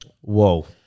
Whoa